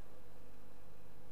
ומכיוון שאינני חבר מפלגה,